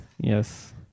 Yes